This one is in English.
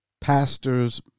pastors